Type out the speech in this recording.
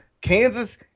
Kansas